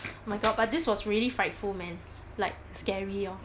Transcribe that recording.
my god but this was really frightful man like scary lor